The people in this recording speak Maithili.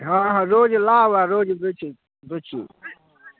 हँ हँ रोज लायब आओर रोज बेचै बेचू